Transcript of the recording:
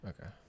Okay